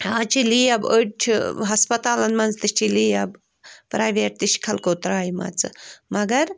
اَز چھِ لیب أڑۍ چھِ ہسپتالن منٛز تہِ چھِ لیب پرٛیویٹ تہِ چھِ خلقو ترٛاومژٕ مگر